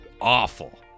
awful